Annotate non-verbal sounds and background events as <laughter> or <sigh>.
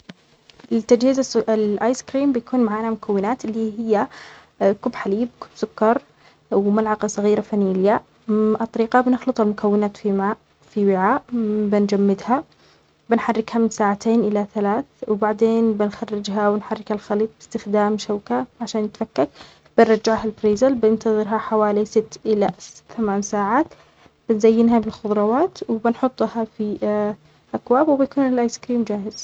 لتجهيز الس-الآيس كريم يكون معانا مكونات اللي هي كوب حليب، كوب سكر، وملعقة صغيرة فانيليا <hesitation> الطريقة بنخلط المكونات في ماء، في وعاء، بنجمدها، بنحركها من ساعتين إلى ثلاث وبعدين بنخرجها ونحركها الخليط باستخدام شوكة عشان يتفكك بنرجعها للفريزل، بننتظرها حوالي ست إلى ثمان ساعات بنزينها بالخضرات، وبنحطها في <hesitation> أكواب، وبنكون الآيس كريم جاهز